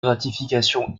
gratification